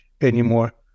anymore